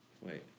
Wait